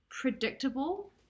predictable